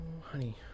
honey